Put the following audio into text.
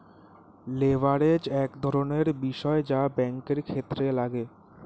leverage এক ধরনের বিষয় যা ব্যাঙ্কের ক্ষেত্রে লাগে